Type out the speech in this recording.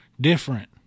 different